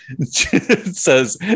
says